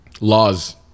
Laws